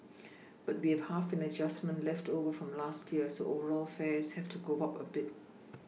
but we have half an adjustment left over from last year so overall fares have to go up a bit